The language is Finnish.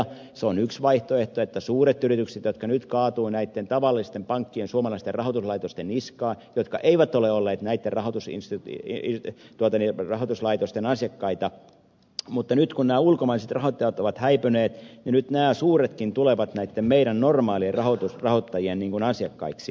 se on yksi vaihtoehto kun suuret yritykset jotka eivät ole olleet näitten tavallisten pankkien suomalaisten rahoituslaitosten niska jotka eivät ole olleet näitä tosin se ei asiakkaita nyt kaatuvat niitten niskaan nyt kun ulkomaiset rahoittajat ovat häipyneet nämä suuretkin tulevat näitten meidän normaalien rahoittajien asiakkaiksi